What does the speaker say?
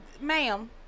Ma'am